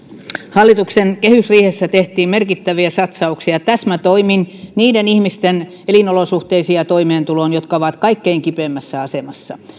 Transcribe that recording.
hallituksen kehysriihessä tehtiin merkittäviä satsauksia täsmätoimin niiden ihmisten elinolosuhteisiin ja toimeentuloon jotka ovat kaikkein kipeimmässä asemassa